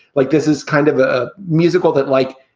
like, this is kind of a musical that, like,